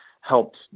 helped